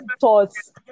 thoughts